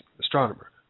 astronomer